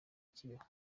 kibeho